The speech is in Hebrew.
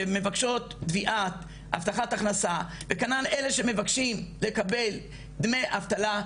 שמבקשות תביעה הבטחת הכנסה וכנ"ל אלה שמבקשים לקבל דמי אבטלה,